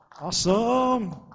Awesome